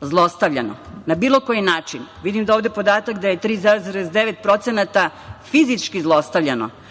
zlostavljano na bilo koji način. Vidim ovde podatak da je 3,9% fizički zlostavljano.